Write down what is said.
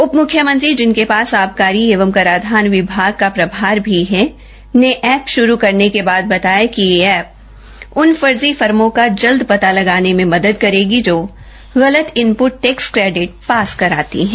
उप मुख्यमंत्री जिनके पास आबकारी एवं कराधान विभाग का प्रभार भी है ने ऐप शुरू करने के बाद बताया कि यह ऐप उन फर्जी फर्मों का जल्द पदा लगाने में मदद करेगा जो गलत इनपुट टैक्स कैडिट पास कराती हैं